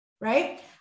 right